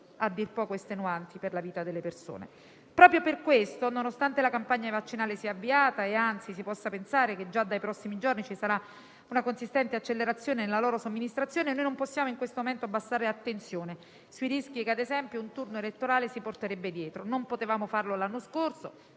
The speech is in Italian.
a dir poco estenuanti per la vita delle persone. Proprio per questo, nonostante la campagna vaccinale sia avviata - e anzi, si possa pensare che già dai prossimi giorni ci sarà una consistente accelerazione nella somministrazione dei vaccini - non possiamo in questo momento abbassare l'attenzione sui rischi che - ad esempio - un turno elettorale si porterebbe dietro. Non potevamo farlo l'anno scorso,